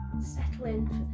settle in